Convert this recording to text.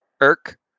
Irk